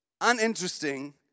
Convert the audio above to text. uninteresting